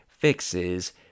fixes